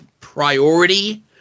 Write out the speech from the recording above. priority